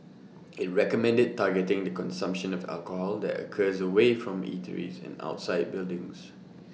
IT recommended targeting the consumption of alcohol that occurs away from eateries and outside buildings